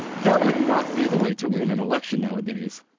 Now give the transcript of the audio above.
that would not be the way to win an election nowadays,